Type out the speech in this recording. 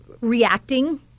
reacting